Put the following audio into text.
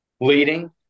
leading